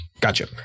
Gotcha